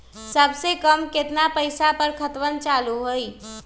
सबसे कम केतना पईसा पर खतवन चालु होई?